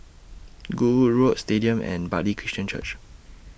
Goodwood Road Stadium and Bartley Christian Church